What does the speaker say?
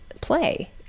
play